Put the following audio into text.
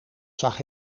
zag